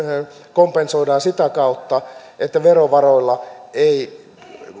kompensoidaan sitä kautta niin verovaroilla ei